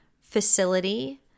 facility